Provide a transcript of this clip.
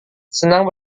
senang